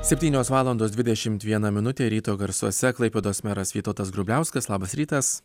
septynios valandos dvidešimt viena minutė ryto garsuose klaipėdos meras vytautas grubliauskas labas rytas